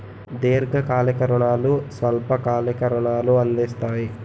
దీర్ఘకాలిక రుణాలు స్వల్ప కాలిక రుణాలు అందిస్తాయి